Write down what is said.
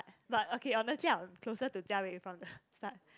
but okay honestly I'm closer to jia wei from the start